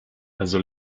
also